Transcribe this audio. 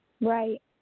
Right